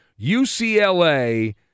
UCLA